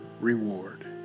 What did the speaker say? reward